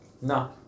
No